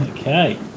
Okay